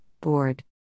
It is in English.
board